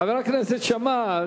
חבר הכנסת שאמה,